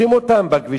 לשים אותו בכבישים,